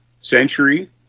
Century